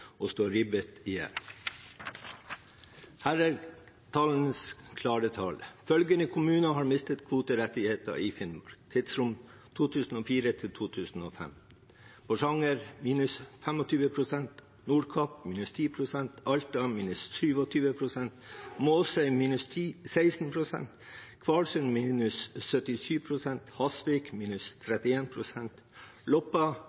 og står ribbet igjen. Her er tallenes klare tale: Følgende kommuner har mistet kvoterettigheter i Finnmark i tidsrommet 2004–2015: Porsanger minus 25 pst., Nordkapp minus 10 pst., Alta minus 27 pst., Måsøy minus 16 pst., Kvalsund minus 77 pst., Hasvik minus 31 pst., Loppa